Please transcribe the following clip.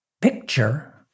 picture